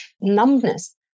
numbness